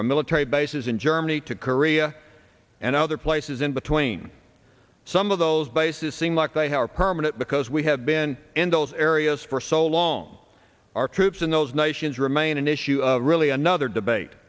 from military bases in germany to korea and other places in between some of those bases seem like they are permanent because we have been endos areas for so long our troops in those nations remain an issue of really another debate